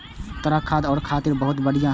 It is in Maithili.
तरल खाद फसल खातिर बहुत बढ़िया होइ छै